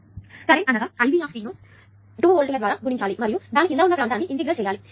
కాబట్టి కరెంట్ అనగా iv ను 2 వోల్టుల ద్వారా గుణించాలి మరియు దాని కింద ఉన్న ప్రాంతాన్ని ఇంటిగ్రేట్ చేయాలి